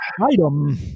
item